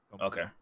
okay